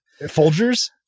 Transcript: folgers